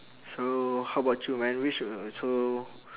so how about you man which uh so